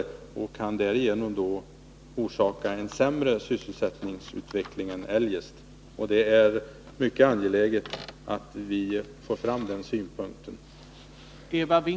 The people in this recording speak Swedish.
Därigenom kan man orsaka en sämre sysselsättningsutveckling än eljest. Det är mycket angeläget att föra fram den synpunkten.